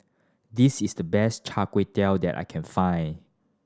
this is the best Char Kway Teow that I can find